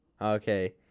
Okay